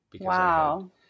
Wow